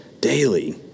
daily